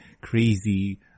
crazy